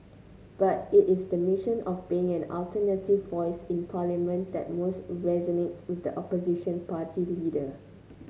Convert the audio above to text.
but it is the mission of being an alternative voice in Parliament that most resonates with the opposition party leader